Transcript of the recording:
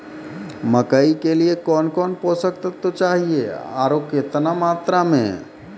मकई के लिए कौन कौन पोसक तत्व चाहिए आरु केतना मात्रा मे?